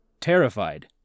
Terrified